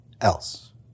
else